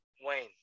Wayne